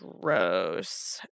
gross